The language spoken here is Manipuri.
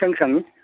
ꯏꯁꯪ ꯁꯪꯏ